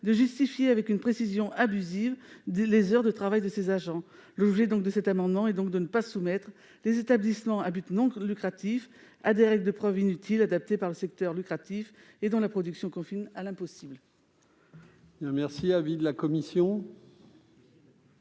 de justifier avec une précision abusive les heures de travail de ces agents. L'objet de cet amendement est donc de dispenser les établissements à but non lucratif de l'application de règles de preuve inutiles, adaptées par le secteur lucratif, dont la production confine à l'impossible. Quel est l'avis de la commission